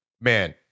man